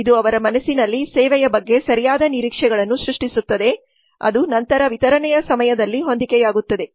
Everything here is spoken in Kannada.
ಇದು ಅವರ ಮನಸ್ಸಿನಲ್ಲಿ ಸೇವೆಯ ಬಗ್ಗೆ ಸರಿಯಾದ ನಿರೀಕ್ಷೆಗಳನ್ನು ಸೃಷ್ಟಿಸುತ್ತದೆ ಅದು ನಂತರ ವಿತರಣೆಯ ಸಮಯದಲ್ಲಿ ಹೊಂದಿಕೆಯಾಗುತ್ತದೆ